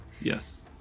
Yes